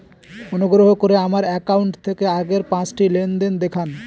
অনুগ্রহ করে আমার অ্যাকাউন্ট থেকে আগের পাঁচটি লেনদেন দেখান